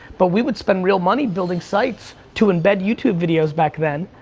but we would spent real money building sites, to embed youtube videos back then